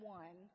one